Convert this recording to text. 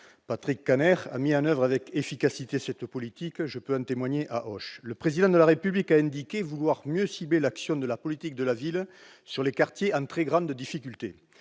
Patrick Kanner a mis en oeuvre avec efficacité cette politique, je peux en témoigner à Auch. Le Président de la République a indiqué vouloir mieux cibler l'action de la politique de la ville sur les quartiers en très grande difficulté.